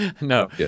No